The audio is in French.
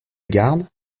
garde